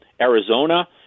Arizona